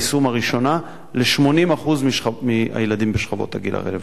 הראשונה ל-80% מהילדים בשכבות הגיל הרלוונטיות.